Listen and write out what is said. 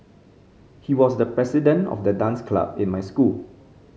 he was the president of the dance club in my school